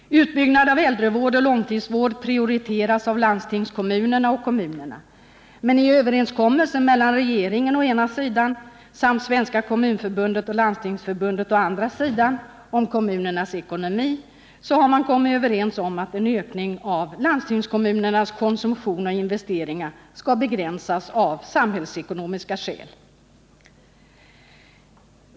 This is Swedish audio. Utbyggnad av äldrevård och långtidsvård prioriteras av landstingskommunerna och kommunerna. Men i en överenskommelse mellan regeringen å ena sidan samt Svenska kommunförbundet och Landstingsförbundet å andra sidan om kommunernas ekonomi har man gjort upp om att en ökning av landstingskommunernas konsumtion och investeringar skall begränsas av samhällsekonomiska skäl.